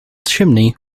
chimney